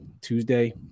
Tuesday